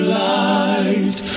light